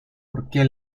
porque